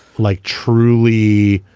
like truly